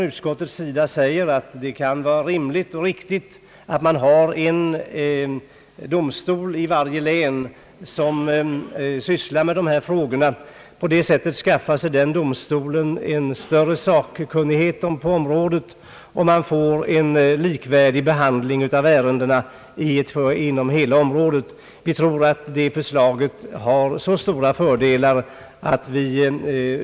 Utskottet anser att det kan vara rimligt och riktigt med en domstol som sysslar med dessa frågor i varje län. På det sättet skaffar sig domstolen större sakkunnighet, och man får likvärdig behandling av ärendena inom hela området. Vi tror att detta förslag har stora fördelar.